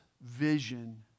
vision